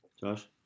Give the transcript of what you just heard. Josh